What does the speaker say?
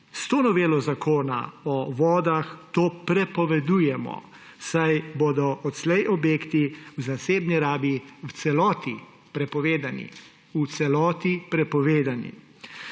S to novelo Zakona o vodah to prepovedujemo, saj bodo odslej objekti v zasebni rabi v celoti prepovedani.